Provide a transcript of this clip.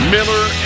Miller